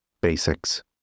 Basics